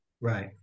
Right